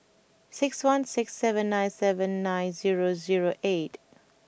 six one six seven nine seven nine zero zero eight